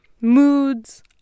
moods